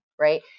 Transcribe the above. right